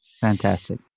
fantastic